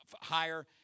higher